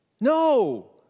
No